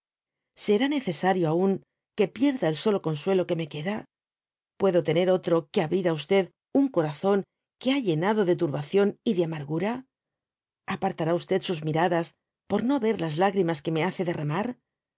será necesario aun que pierda el solo consuelo que me queda puedo tener otro que abrir á un corazón que ha llenado de turbación y de amaiv gura apartará sus miradas por no y er las lágrimas que me haoe derramar